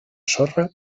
sorra